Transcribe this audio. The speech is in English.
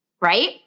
right